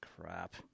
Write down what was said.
Crap